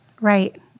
Right